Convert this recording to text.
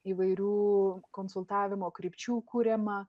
įvairių konsultavimo krypčių kuriama